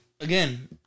again